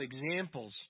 examples